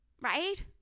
Right